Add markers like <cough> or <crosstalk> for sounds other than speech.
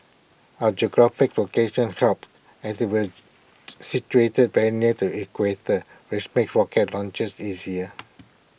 our geographical location helps as we are <noise> situated very near the equator which makes rocket launches easier